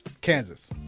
Kansas